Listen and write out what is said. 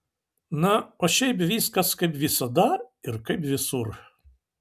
na o šiaip viskas kaip visada ir kaip visur